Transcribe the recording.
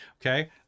okay